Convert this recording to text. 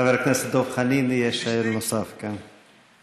חבר הכנסת דב חנין יהיה שואל נוסף, כן.